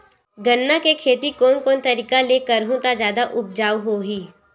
गन्ना के खेती कोन कोन तरीका ले करहु त जादा उपजाऊ होही?